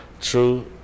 True